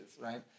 Right